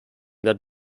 that